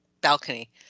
balcony